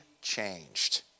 changed